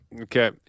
Okay